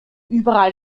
überall